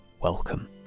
welcome